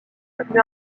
devenu